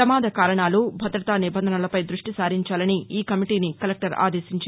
ప్రమాద కారణాలు భద్రతా నిబంధనలపై దృష్టి సారించాలని ఈకమిటీని కలెక్టర్ ఆదేశించారు